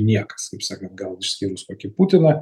niekas kaip sakant gal išskyrus kokį putiną